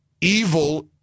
evil